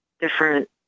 different